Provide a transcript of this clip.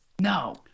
No